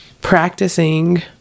practicing